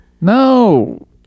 No